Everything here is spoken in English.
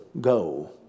go